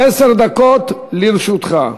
עשר דקות לרשותך.